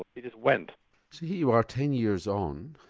it just went. so here you are ten years on,